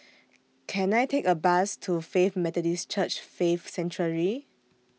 Can I Take A Bus to Faith Methodist Church Faith Sanctuary